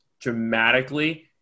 dramatically